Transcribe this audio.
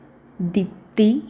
Dipti